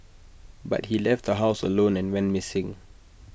but he left the house alone and went missing